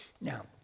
Now